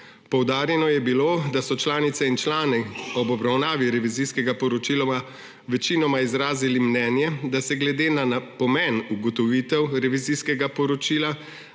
Poudarjeno je bilo, da so članice in člani ob obravnavi revizijskega poročila večinoma izrazili mnenje, da se glede na pomen ugotovitev revizijskega poročila